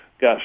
got